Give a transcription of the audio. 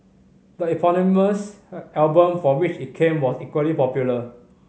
the eponymous album from which it came was equally popular